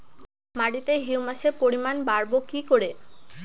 মাটিতে হিউমাসের পরিমাণ বারবো কি করে?